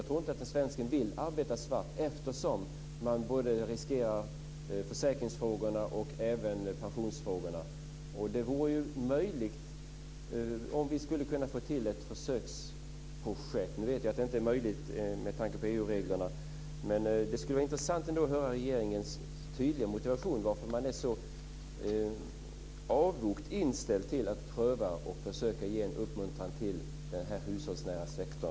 Jag tror inte att svensken vill arbeta svart eftersom man riskerar både försäkring och pension. Det vore bra om vi hade kunnat få till ett försöksprojekt. Nu vet jag att det inte är möjligt med tanke på EU-reglerna, men det skulle ändå vara intressant att höra regeringens tydliga motivering till att man är så avogt inställd till att pröva detta och försöka uppmuntra denna hushållsnära sektor.